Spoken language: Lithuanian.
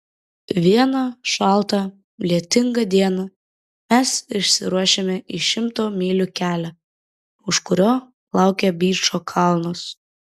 vieną šaltą lietingą dieną mes išsiruošėme į šimto mylių kelią už kurio laukė byčo kalnas